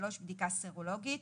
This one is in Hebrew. בדיקה סרולוגית.